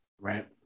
Right